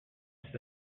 c’est